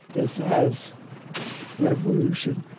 it has revolution,